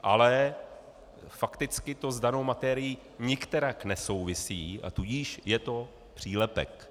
Ale fakticky to s danou materií nikterak nesouvisí, a tudíž je to přílepek.